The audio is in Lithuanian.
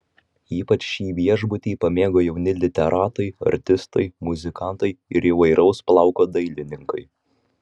ypač šį viešbutį pamėgo jauni literatai artistai muzikantai ir įvairaus plauko dailininkai